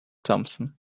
thompson